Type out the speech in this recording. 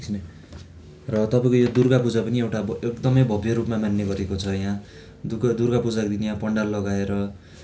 एकछिनै र तपाईँको यो दुर्गा पूजा पनि एउटा एकदमै भव्य रूपमा मान्ने गरेको छ यहाँ दुग दुर्गा पूजाको दिन यहाँ पन्डाल लगाएर